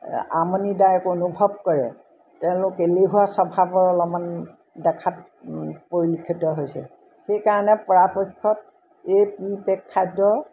আমনিদায়ক অনুভৱ কৰে তেওঁলোক এলেহুৱা স্বভাৱৰ অলপমান দেখাত পৰিলক্ষিত হৈছে সেইকাৰণে পৰাপক্ষত এই প্ৰি পেক খাদ্য